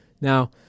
Now